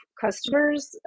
customers